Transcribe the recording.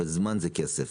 וזמן זה כסף.